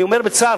אני אומר בצער,